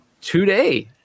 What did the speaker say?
today